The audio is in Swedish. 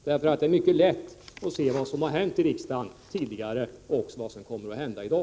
Det är nämligen mycket lätt att se vad som tidigare har hänt i riksdagen och vad som kommer att hända i dag.